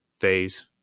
phase